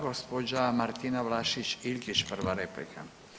Gospođa Martina Vlašić Iljkić, prva replika.